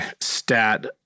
stat